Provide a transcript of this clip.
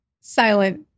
silent